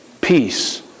peace